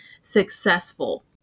successful